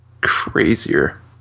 crazier